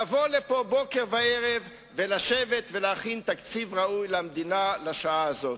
לבוא לכאן בוקר וערב ולשבת ולהכין תקציב ראוי למדינה לשעה הזאת.